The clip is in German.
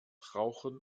rauchen